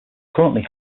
currently